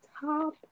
top